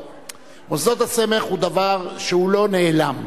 מוסדות הסמך הם דבר שהוא לא נעלם,